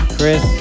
Chris